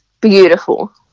beautiful